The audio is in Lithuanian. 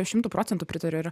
šimtu procentų pritariu ir